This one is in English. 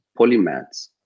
polymaths